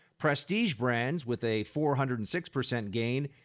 prestige brands with a four hundred and six percent gain,